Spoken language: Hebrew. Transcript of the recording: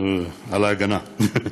על ההגנה.